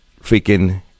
freaking